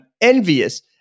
envious